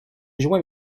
joint